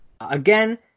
again